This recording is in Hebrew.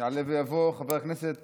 יעלה ויבוא חבר הכנסת